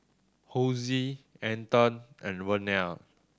Hosie Anton and Vernell